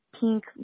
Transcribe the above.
pink